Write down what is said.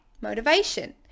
motivation